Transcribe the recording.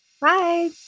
Bye